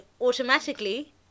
automatically